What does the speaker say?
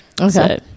Okay